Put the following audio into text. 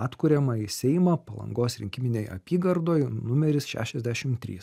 atkuriamąjį seimą palangos rinkiminėj apygardoj numeris šešiasdešim trys